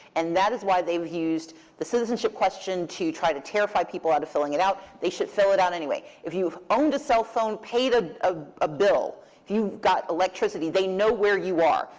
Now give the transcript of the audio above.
and that is why they've used the citizenship question to try to terrify people out of filling it out. they should fill it out anyway. if you've owned a cell phone, paid a ah a bill, if you've got electricity, they know where you are.